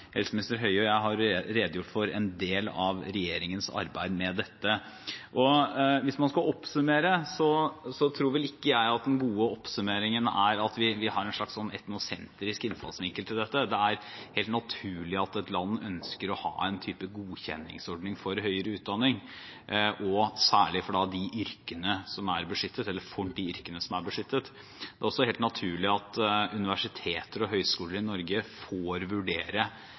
jeg har redegjort for en del av regjeringens arbeid med dette. Hvis man skal oppsummere, tror ikke jeg at den gode oppsummeringen er at vi har en slags etnosentrisk innfallsvinkel til dette. Det er helt naturlig at et land ønsker å ha en type godkjenningsordning for høyere utdanning, særlig for de yrkene som er beskyttet. Det er også helt naturlig at universiteter og høyskoler i Norge får vurdere